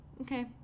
Okay